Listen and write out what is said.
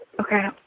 Okay